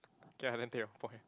K ah then take your point